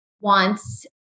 wants